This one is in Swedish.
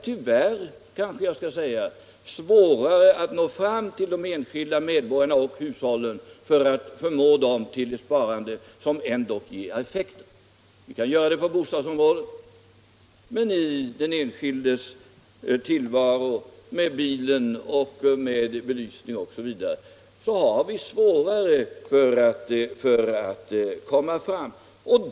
Tyvärr är det svårare att nå fram till de enskilda medborgarna och hushållen för att förmå dem till ett sparande, som ändå ger effekter. Vi kan göra en del på bostadsområdet, men det är svårare att komma någonstans när det gäller den enskilde, hans användning av bilen, belysning osv.